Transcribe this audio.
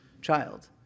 child